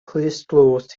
clustdlws